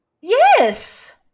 yes